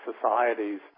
societies